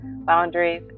boundaries